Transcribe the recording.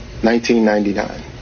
1999